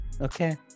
okay